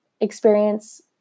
experience